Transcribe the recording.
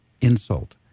insult